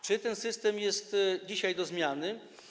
Czy ten system jest dzisiaj do zmiany?